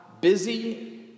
busy